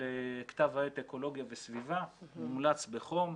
של כתב העת "אקולוגיה וסביבה", מומלץ בחום,